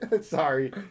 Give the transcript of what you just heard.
Sorry